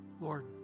Lord